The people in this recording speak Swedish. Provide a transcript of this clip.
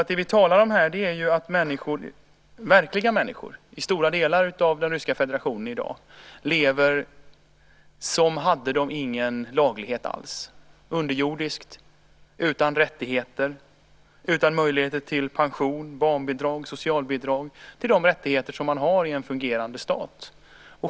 Vad vi talar om här är att människor, verkliga människor, i stora delar av Ryska federationen i dag lever som fanns det ingen laglighet alls. De lever underjordiskt, utan rättigheter och utan möjligheter till pension, barnbidrag och socialbidrag - rättigheter som man har i en fungerande stat.